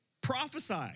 prophesy